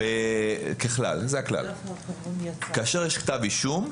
כאשר יש כתב אישום,